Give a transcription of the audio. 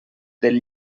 del